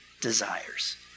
desires